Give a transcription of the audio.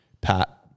Pat